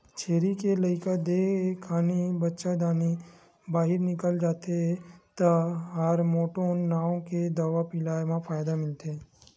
छेरी के लइका देय खानी बच्चादानी बाहिर निकल जाथे त हारमोटोन नांव के दवा पिलाए म फायदा मिलथे